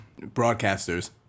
broadcasters